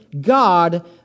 God